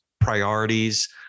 priorities